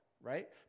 right